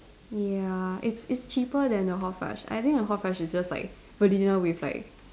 ya it's it's cheaper than the hot fudge I think the hot fudge is just like vanilla with like